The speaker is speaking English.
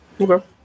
Okay